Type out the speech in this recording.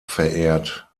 verehrt